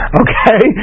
okay